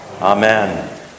Amen